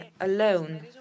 alone